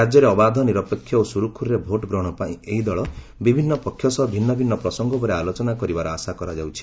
ରାଜ୍ୟରେ ଅବାଧ ନିରପେକ୍ଷ ଓ ସୁରୁଖୁରୁରେ ଭୋଟ୍ଗ୍ରହଣ ପାଇଁ ଏହି ଦଳ ବିଭିନ୍ନ ପକ୍ଷ ସହ ଭିନ୍ନ ଭିନ୍ନ ପ୍ରସଙ୍ଗ ଉପରେ ଆଲୋଚନା କରିବାର ଆଶା କରାଯାଉଛି